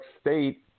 State